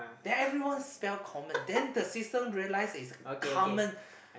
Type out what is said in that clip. then everyone spell common then the system realize it's common